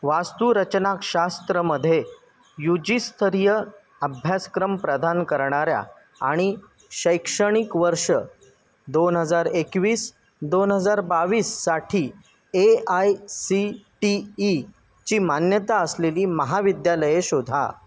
वास्तुरचनाशास्त्रमध्ये U जीस्तरीय अभ्यासक्रम प्रदान करणाऱ्या आणि शैक्षणिक वर्ष दोन हजार एकवीस दोन हजार बावीससाठी ए आय सी टी ईची मान्यता असलेली महाविद्यालये शोधा